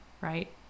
right